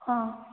हाँ